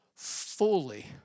fully